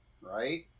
right